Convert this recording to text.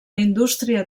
indústria